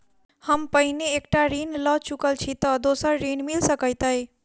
हम पहिने एक टा ऋण लअ चुकल छी तऽ दोसर ऋण मिल सकैत अई?